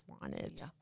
wanted